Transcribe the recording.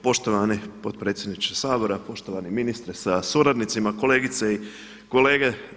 Poštovani potpredsjedniče Sabora, poštovani ministre sa suradnicima, kolegice i kolege.